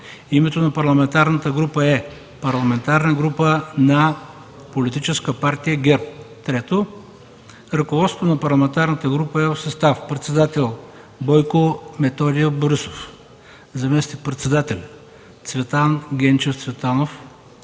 Името на парламентарна група е: „Парламентарна група на Политическа партия ГЕРБ”. 3. Ръководството на парламентарната група е в състав: председател – Бойко Методиев Борисов; заместник-председатели – Цветан Генчев Цветанов,